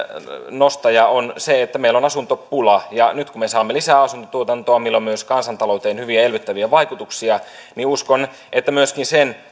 nostaja on se että meillä on asuntopula ja nyt kun me saamme lisää asuntotuotantoa millä on myös kansantalouteen hyviä ja elvyttäviä vaikutuksia uskon että myöskin sen